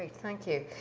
thank you.